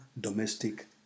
domestic